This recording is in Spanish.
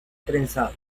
trenzado